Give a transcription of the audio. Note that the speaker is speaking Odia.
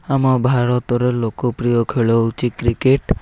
ଆମ ଭାରତର ଲୋକପ୍ରିୟ ଖେଳ ହେଉଛି କ୍ରିକେଟ୍